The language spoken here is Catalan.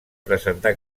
presentar